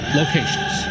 locations